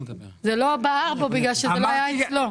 זה לא בער בו בגלל שזה לא היה אצלו.